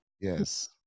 Yes